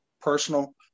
personal